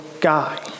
guy